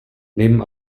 nehmen